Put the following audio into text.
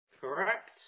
Correct